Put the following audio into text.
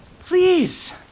please